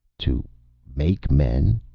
to make men?